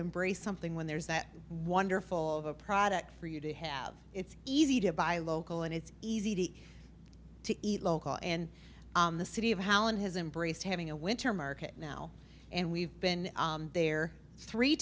embrace something when there's that wonderful of a product for you to have it's easy to buy local and it's easy to eat local and the city of how one has embraced having a winter market now and we've been there three